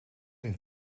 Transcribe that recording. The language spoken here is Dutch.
een